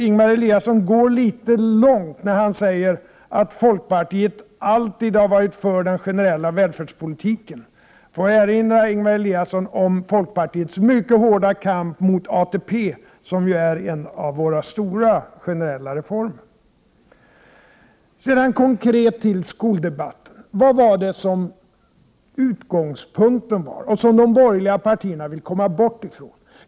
Ingemar Eliasson går litet långt när han säger att folkpartiet alltid har varit för den generella välfärdspolitiken. Får jag erinra Ingemar Eliasson om folkpartiets mycket hårda kamp mot ATP, som ju är en av våra stora generella reformer. Konkret till skoldebatten. Vilken var utgångspunkten som de borgerliga partierna vill komma ifrån?